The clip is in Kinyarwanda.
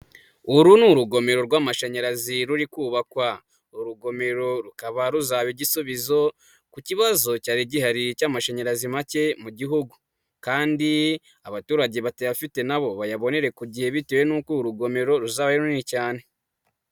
Uru ni urugomero rw'amashanyarazi ruri kubakwa. Urugomero rukaba ruzaba igisubizo ku kibazo cyari gihari cy'amashanyarazi make mu gihugu kandi abaturage batayafite nabo bayabonere ku gihe bitewe n'uko urugomero ruzaba runini cyane.